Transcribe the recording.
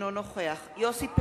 אינו נוכח יוסי פלד,